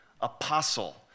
apostle